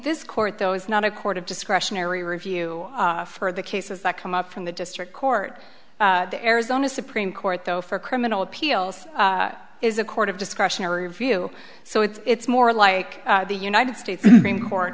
this court though is not a court of discretionary review for the cases that come up from the district court the arizona supreme court though for criminal appeals is a court of discretionary view so it's more like the united states co